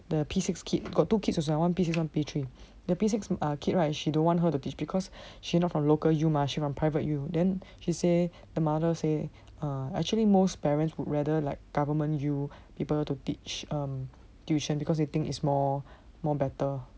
the P six kid got two kids also one P six one P three the P six err kid right she don't want her to teach because she not from local U mah she from private then she say the mother say err actually most parents would rather like government U people to teach uh tuition because they think is more more better